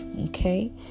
Okay